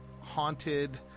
Haunted